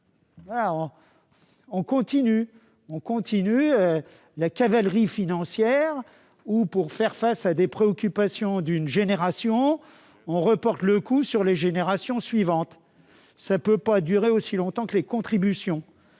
On continue la cavalerie financière ; pour faire face aux problèmes d'une génération, on reporte le coût sur les générations suivantes. Cela ne peut pas durer aussi longtemps que les contributions,